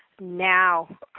now